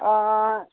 অ'